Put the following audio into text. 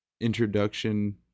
introduction